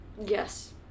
Yes